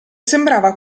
sembrava